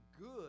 good